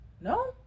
No